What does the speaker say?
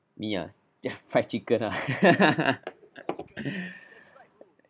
me ah fried chicken ah